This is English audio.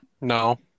No